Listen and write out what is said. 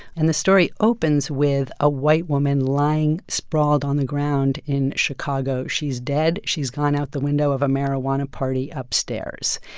and the story opens with a white woman lying sprawled on the ground in chicago. she's dead. she's gone out the window of a marijuana party upstairs.